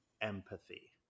empathy